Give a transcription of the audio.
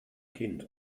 kind